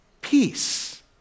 peace